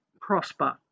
prosper